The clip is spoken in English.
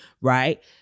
right